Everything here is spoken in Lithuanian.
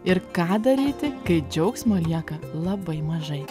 ir ką daryti kai džiaugsmo lieka labai mažai